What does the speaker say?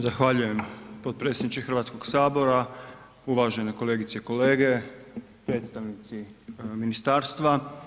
Zahvaljujem potpredsjedniče Hrvatskoga sabora, uvažene kolegice i kolege, predstavnici ministarstva.